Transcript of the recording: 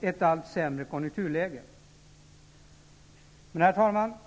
ett allt sämre konjunkturläge. Herr talman!